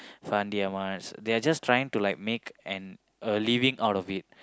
Fandi-Ahmad they are just trying to make like an a living out of it